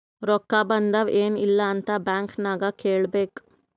ರೊಕ್ಕಾ ಬಂದಾವ್ ಎನ್ ಇಲ್ಲ ಅಂತ ಬ್ಯಾಂಕ್ ನಾಗ್ ಕೇಳಬೇಕ್